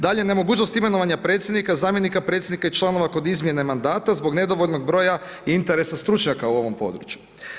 Dalje, nemogućnost imenovanja predsjednika, zamjenika predsjednika i članova kod izmjene mandata zbog nedovoljnog broja interesa stručnjaka u ovom području.